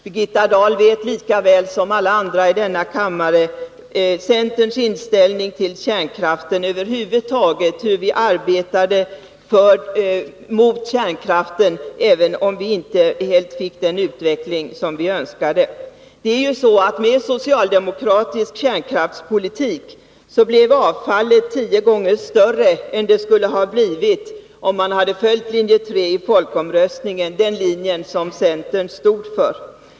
Birgitta Dahl vet lika väl som alla andra i denna kammare vilken inställning centern har till kärnkraften över huvud taget. Hon vet hur vi arbetade mot kärnkraften, även om vi inte helt fick den utveckling vi önskade. Med den socialdemokratiska kärnkraftspolitiken blev avfallet tio gånger större än det skulle ha blivit, om vi hade följt linje 3 i folkomröstningen, dvs. den linje som centern stod för.